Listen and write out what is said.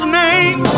name